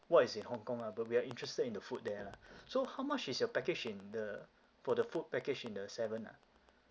what is in hong kong lah but we are interested in the food there lah so how much is your package in the for the food package in the seventh ah